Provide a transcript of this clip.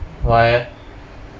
why eh